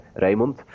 Raymond